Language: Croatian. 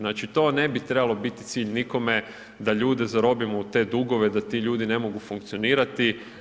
Znači to ne bi trebalo biti cilj nikome da ljude zarobio u te dugove, da ti ljudi ne mogu funkcionirati.